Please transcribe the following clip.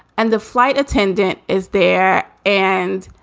and the flight attendant is there. and